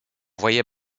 voyait